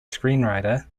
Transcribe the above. screenwriter